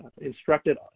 instructed